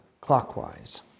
clockwise